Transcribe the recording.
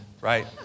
right